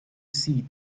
seat